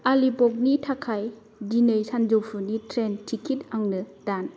आलिभगनि थाखाय दिनै सानजौफुनि ट्रेन टिकेट आंनो दान